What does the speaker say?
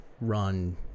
run